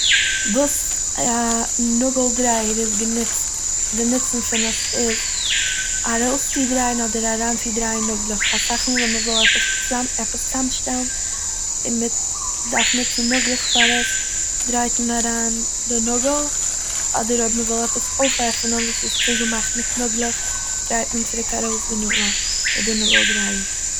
וואס ע- א נאגל דרייער איז גענוצט- די נוצן פון עס איז ארויסצודרייען אדער אריינצודרייען נאגלעך. אסאך מאל ווען מ'וויל עפעס ש- עפעס צאמשטעלן און מ'דארף נוצן נאגלעך פאר עס דרייט מען אריין די נאגל אדער אויב מ'וויל עפעס אויפמאכן וואס איז צוגעמאכט מיט נאגלעך דרייט מען צוריק ארויס די נאגל מיט די נאגל דרייער.